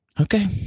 Okay